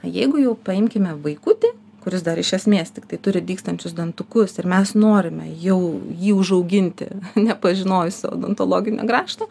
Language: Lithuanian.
jeigu jau paimkime vaikutį kuris dar iš esmės tiktai turi dygstančius dantukus ir mes norime jau jį užauginti nepažinojus odontologinio grąžto